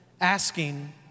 asking